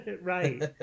right